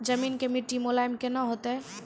जमीन के मिट्टी मुलायम केना होतै?